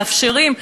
מאפשרים,